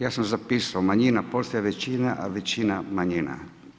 Ja sam zapisao manjina postaje većina, a većina manjina.